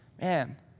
man